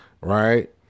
right